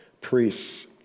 priests